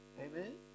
Amen